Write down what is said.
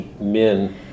men